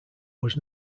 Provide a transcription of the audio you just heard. was